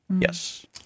Yes